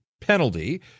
penalty